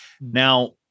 now